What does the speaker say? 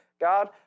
God